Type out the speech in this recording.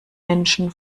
menschen